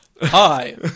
Hi